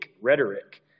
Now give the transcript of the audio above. rhetoric